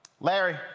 Larry